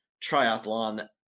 triathlon